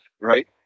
right